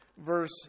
verse